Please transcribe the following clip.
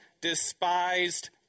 despised